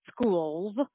schools